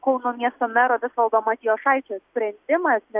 kauno miesto mero visvaldo matijošaičio sprendimas nes